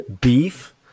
beef